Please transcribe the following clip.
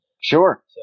Sure